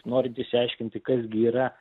norint išsiaiškinti kas gi yra